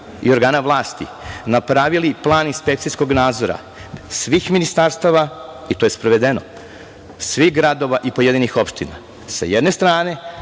i organa vlasti napravili plan inspekcijskog nadzora svih ministarstava, i to je sprovedeno, svih gradova i pojedinih opština, sa jedne strane,